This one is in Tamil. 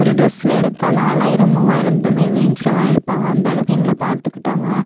ஒரு ட்ரெஸ்ன்னு எடுத்தால் நாலாயிரம் மூவாயிரம்தான் இந்த மாரி ரேஞ்சில தான் எடுப்பாங்க அந்தளவுக்கு எங்களை பார்த்துக்கிட்டாங்க